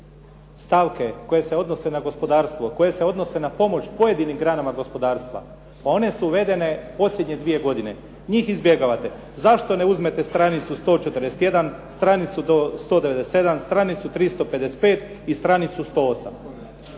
stavke koje se odnose na gospodarstvo, koje se odnose na pomoć pojedinim granama gospodarstva pa one su uvedene posljednje dvije godine. Njih izbjegavate. Zašto ne uzmete stranicu 141, stranicu 197, stranicu 355 i stranicu 108